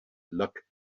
luck